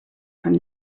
from